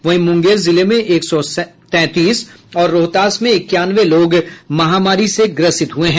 वहीं मुंगेर जिले में एक सौ तैंतीस और रोहतास में इक्यानवे लोग महामारी से ग्रसित हुए हैं